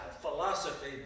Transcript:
philosophy